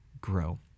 grow